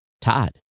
Todd